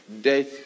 death